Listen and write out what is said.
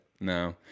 No